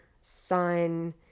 sun